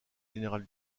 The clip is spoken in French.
général